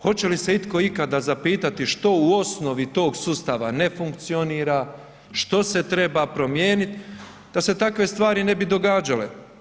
Hoće li se itko ikada zapitati što u osnovi tog sustava ne funkcionira, što se treba promijenit da se takve stvari ne bi događale?